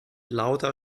lauter